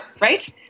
Right